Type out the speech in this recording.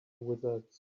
wizards